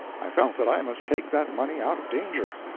i felt that i must take that money out of danger.